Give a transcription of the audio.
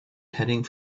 heading